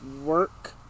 work